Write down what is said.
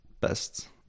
best